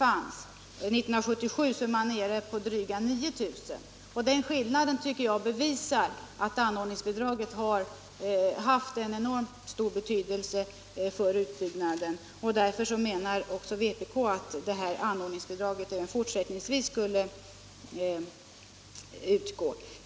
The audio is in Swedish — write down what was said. År 1977 är siffran nere i drygt 9 000. Den skillnaden tycker jag bevisar att anordningsbidraget har haft enormt stor betydelse för utbyggnaden, och därför menar också vpk att anordningsbidraget även fortsättningsvis bör utgå.